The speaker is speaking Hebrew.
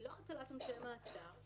היא לא הטלת עונשי מאסר,